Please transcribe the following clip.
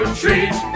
treat